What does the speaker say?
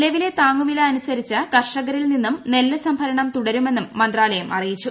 നിലവിലെ താങ്ങുവില്ല് അനുസരിച്ച് കർഷകരിൽ നിന്നും നെല്ലു സംഭരണം തുടുതുമെന്നും മന്ത്രാലയം അറിയിച്ചു